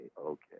okay